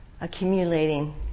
Accumulating